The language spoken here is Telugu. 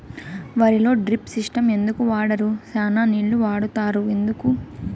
వరిలో డ్రిప్ సిస్టం ఎందుకు వాడరు? చానా నీళ్లు వాడుతారు ఎందుకు?